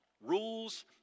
rules